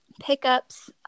pickups